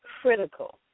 critical